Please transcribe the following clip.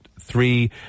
three